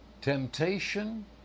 Temptation